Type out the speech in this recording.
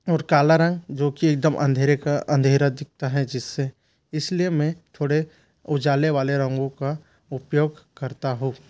और काला रंग जो कि एकदम अंधेरे का अंधेरा दिखता है जिससे इसलिए मैं थोड़े उजाले वाले रंगों का उपयोग करता हूँ